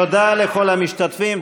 תודה לכל המשתתפים,